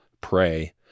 pray